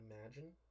Imagine